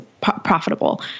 profitable